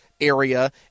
area